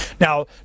Now